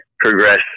progress